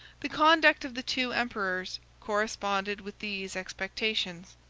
the conduct of the two emperors corresponded with these expectations.